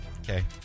Okay